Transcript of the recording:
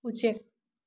ꯎꯆꯦꯛ